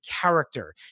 character